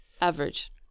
average